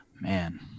Man